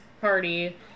party